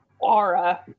aura